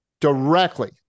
directly